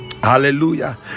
hallelujah